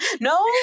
No